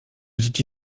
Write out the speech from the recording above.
dzieci